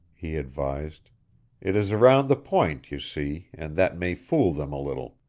he advised it is around the point, you see, and that may fool them a little.